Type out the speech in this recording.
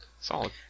Solid